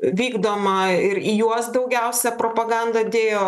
vykdoma ir į juos daugiausia propaganda dėjo